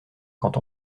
quand